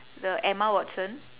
the emma watson